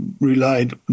relied